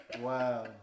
Wow